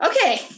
okay